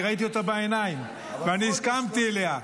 אני ראיתי אותה בעיניים, ואני הסכמתי עליה.